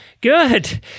Good